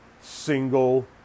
single